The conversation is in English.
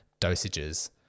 dosages